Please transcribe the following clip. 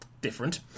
different